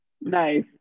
nice